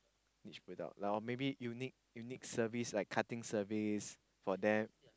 which product like or maybe unique unique service like cutting service for them